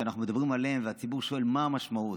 שאנחנו מדברים עליהם והציבור שואל מה המשמעות.